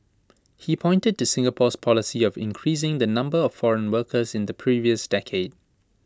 he pointed to Singapore's policy of increasing the number of foreign workers in the previous decade